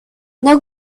now